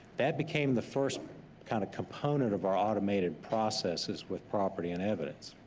that became the first kind of component of our automated processes with property and evidence.